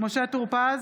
משה טור פז,